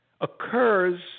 occurs